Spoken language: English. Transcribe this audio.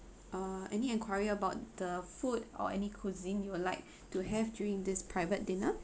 uh any inquiry about the food or any cuisine you would like to have during this private dinner